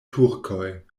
turkoj